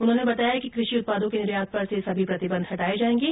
उन्होंने बताया कि कृषि उत्पादों के निर्यात पर से सभी प्रतिबंध हटाए जाएगें